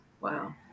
wow